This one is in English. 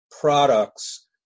products